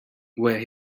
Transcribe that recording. where